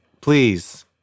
Please